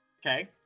okay